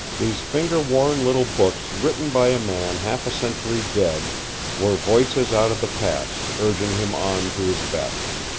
these finger-worn little books written by a man half a century dead were voices out of the past urging him on to his best.